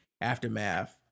aftermath